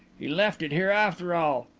he left it here after all.